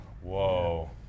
Whoa